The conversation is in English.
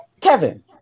Kevin